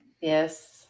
Yes